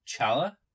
Chala